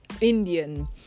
Indian